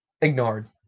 ignored